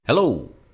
Hello